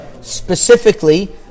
specifically